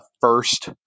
first